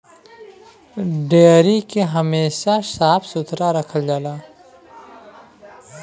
dairy के हमेशा साफ सुथरा रखल जाला